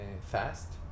fast